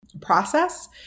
process